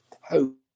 hope